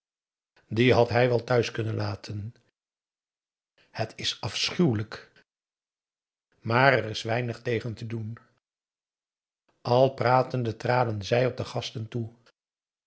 dien had hij wel thuis kunnen laten het is afschuwelijk maar er is weinig tegen te doen al pratende traden zij op de gasten toe